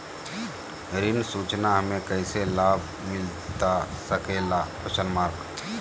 ऋण सूचना हमें कैसे लाभ मिलता सके ला?